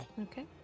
Okay